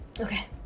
Okay